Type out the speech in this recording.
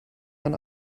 man